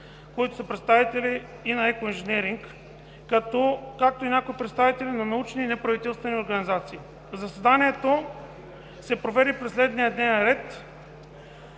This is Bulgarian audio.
Илиев; представители и на „Екоинженеринг”, както и някои представители на научни и неправителствени организации. Заседанието се проведе при следния дневен ред,